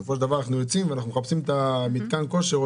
שבסופו של דבר אנחנו יוצאים ואנחנו מחפשים את מתקן הכושר,